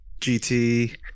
GT